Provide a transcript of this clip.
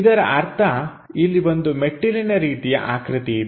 ಇದರ ಅರ್ಥ ಇಲ್ಲಿ ಒಂದು ಮೆಟ್ಟಿಲಿನ ರೀತಿ ಆಕೃತಿ ಇದೆ